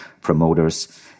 promoters